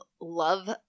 love